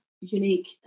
unique